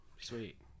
sweet